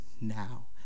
now